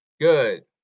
Good